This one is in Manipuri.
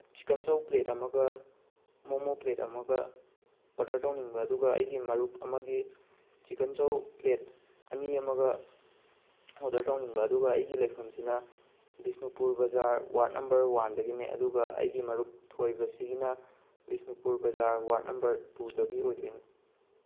ꯆꯤꯀꯟ ꯆꯧ ꯄ꯭ꯂꯦꯠ ꯑꯃꯒ ꯃꯣꯃꯣ ꯄ꯭ꯂꯦꯠ ꯑꯃꯒ ꯑꯣꯗꯔ ꯇꯧꯅꯤꯡꯕ ꯑꯗꯨꯒ ꯑꯩꯒꯤ ꯃꯔꯨꯞ ꯑꯃꯒꯤ ꯆꯤꯀꯟ ꯆꯧ ꯄ꯭ꯂꯦꯠ ꯑꯅꯤ ꯑꯃꯒ ꯑꯣꯗꯔ ꯇꯧꯅꯤꯡꯕ ꯑꯗꯨꯒ ꯑꯩꯒꯤ ꯂꯩꯐꯝꯁꯤꯅ ꯕꯤꯁꯅꯨꯄꯨꯔ ꯕꯖꯥꯔ ꯋꯥꯔ꯭ꯗ ꯅꯝꯕꯔ ꯋꯥꯟꯗꯒꯤꯅꯦ ꯑꯗꯨꯒ ꯑꯩꯒꯤ ꯃꯔꯨꯞ ꯊꯣꯏꯕꯁꯤꯒꯤꯅ ꯕꯤꯁꯅꯨꯄꯨꯔ ꯕꯖꯥꯔ ꯋꯥꯔ꯭ꯗ ꯅꯝꯕꯔ ꯇꯨꯗꯒꯤ ꯑꯣꯏꯗꯣꯏꯅꯤ